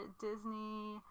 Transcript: Disney